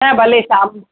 न भले शाम